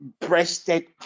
breasted